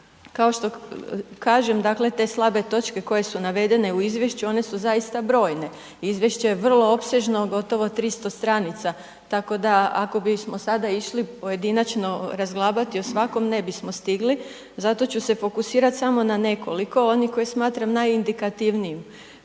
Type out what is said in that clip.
Kao što kažem, dakle, te slabe točke koje su navedene u izvješću, one su zaista brojne. Izvješće je vrlo opsežno, gotovo 300 stranica, tako da, ako bismo sada išli pojedinačno razglabati o svakom ne bismo stigli. Zato ću se fokusirati samo na nekoliko, onih koje smatram najindikativnijim,